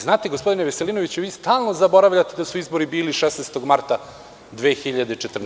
Znate, gospodine Veselinoviću, vi stalno zaboravljate da su izbori bili 16. marta 2014. godine.